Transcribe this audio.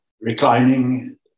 reclining